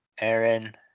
Aaron